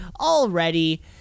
already